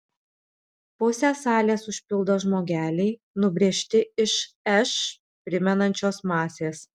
pusę salės užpildo žmogeliai nubrėžti iš š primenančios masės